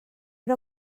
era